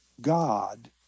God